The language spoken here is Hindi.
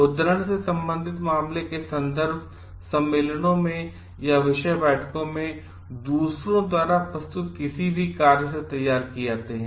उद्धरण से सम्बन्धित मामले के संदर्भ सम्मेलनों में या विषय बैठकों में दूसरों द्वारा प्रस्तुत किसी भी कार्य से तैयार किए जाते हैं